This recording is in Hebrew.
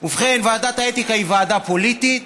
ובכן, ועדת האתיקה היא ועדה פוליטית,